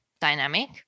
dynamic